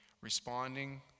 responding